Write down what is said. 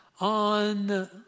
on